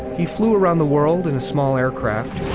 he flew around the world in a small aircraft,